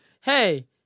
Hey